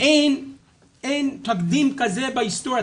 אין תקדים כזה בהיסטוריה,